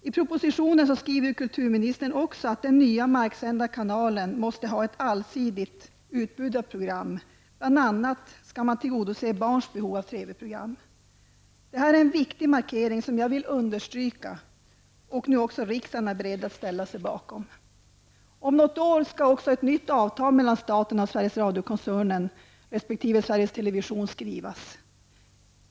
I propositionen skriver kulturministern att den nya marksända kanalen måste ha ett allsidigt utbud av program, bl.a. skall man tillgodose barns behov av TV-program. Detta är en viktig markering, som jag vill understryka och som nu också riksdagen är beredd att ställa sig bakom. Om något år skall ett nytt avtal mellan staten och Television skrivas.